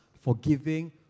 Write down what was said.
forgiving